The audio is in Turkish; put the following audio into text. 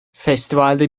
festivalde